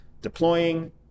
deploying